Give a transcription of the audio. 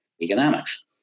economics